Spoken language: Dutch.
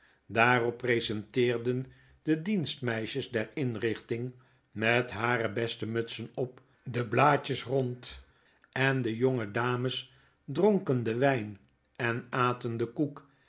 daarop presenteerden de dienstmeisjes der inrichting met hare beste mutsen op de blaadjes rond en de jonge dames dronken den wyn en aten de koek